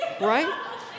right